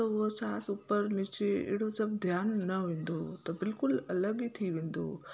त उहा साहु ऊपर नीचे अहिड़ो सभु ध्यान न वेंदो हुओ त बिल्कुलु अलॻि ई थी वेंदो हुओ